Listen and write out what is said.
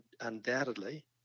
undoubtedly